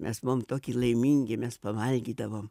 mes buvom toki laimingi mes pavalgydavom